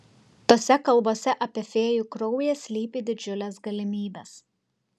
tose kalbose apie fėjų kraują slypi didžiulės galimybės